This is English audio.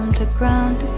um to ground.